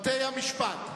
בתי-משפט.